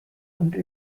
und